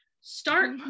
Start